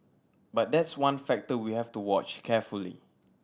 but that's one factor we have to watch carefully